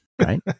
right